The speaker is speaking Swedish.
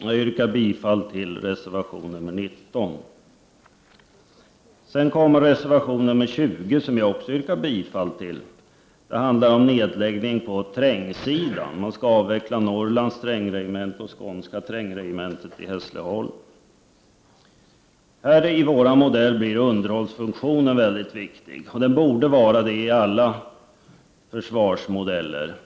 Jag yrkar bifall till reservation nr 19. Jag kommer sedan till reservation 20, som jag härmed yrkar bifall till. Den handlar om nedläggning av trängregementen. Man skall avveckla Norrlands trängregemente och Skånska trängregementet i Hässleholm. I miljöpartiets modell är underhållsfunktionen mycket viktig, och den borde vara det i alla försvarsmodeller.